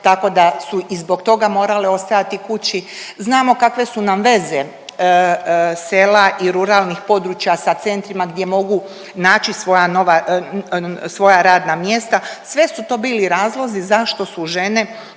tako da su zbog toga morale ostajati kući. Znamo kakve su nam veze sela i ruralnih područja sa centrima gdje mogu naći svoja nova, svoja radna mjesta. Sve su to bili razlozi zašto su žene